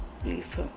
Please